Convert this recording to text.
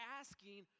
asking